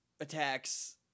attacks